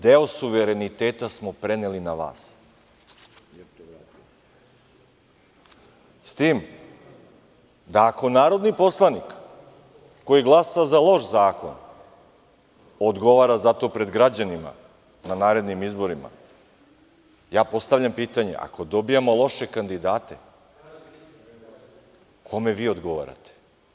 Deo suvereniteta smo preneli na vas, s tim da ako narodni poslanik koji glasa za loš zakon odgovara za to pred građanima na narednim izborima, ja postavljam pitanje, ako dobijemo loše kandidate, kome vi odgovarate?